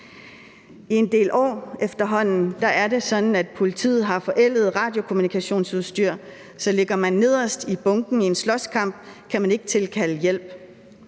en del år har det været sådan, at politiet har haft et forældet radiokommunikationsudstyr, der betyder, at hvis man ligger nederst i bunken i en slåskamp, kan man ikke tilkalde hjælp.